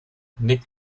nick